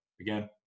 again